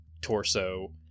torso